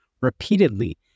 repeatedly